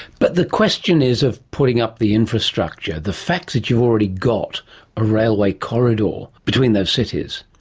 but the question is of putting up the infrastructure. the fact that you've already got a railway corridor between those cities,